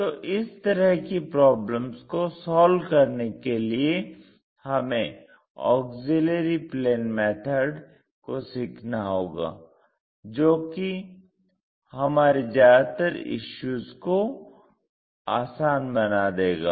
तो इस तरह की प्रॉब्लम्स को सॉल्व करने के लिए हमें ऑक्सिलियरी प्लेन मेथड को सीखना होगा जो कि हमारे ज्यादातर इश्यूज को आसान बना देगा